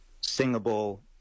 singable